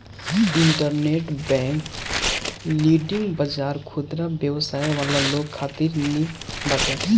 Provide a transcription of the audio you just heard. interbank lending बाजार खुदरा व्यवसाय वाला लोग खातिर निक बाटे